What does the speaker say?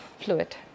fluid